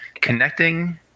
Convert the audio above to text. connecting